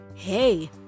Hey